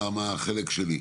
מה החלק שלי.